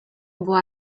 była